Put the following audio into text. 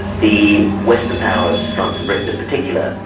the western power, france and britain in particular,